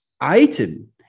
item